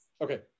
Okay